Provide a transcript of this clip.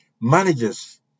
managers